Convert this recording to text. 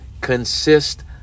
consist